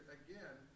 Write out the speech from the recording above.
again